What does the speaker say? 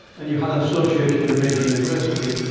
and you had an association with a major university,